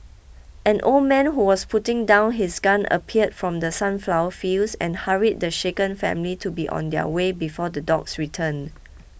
an old man who was putting down his gun appeared from the sunflower fields and hurried the shaken family to be on their way before the dogs return